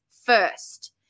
first